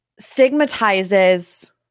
Stigmatizes